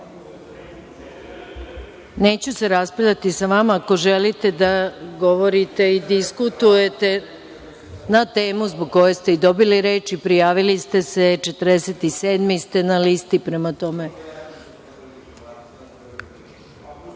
se raspravljati sa vama, ako želite da govorite i diskutujete na temu zbog koje ste i dobili reč i prijavili ste se, 47 ste na listi.